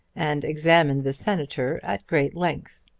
and examined the senator at great length.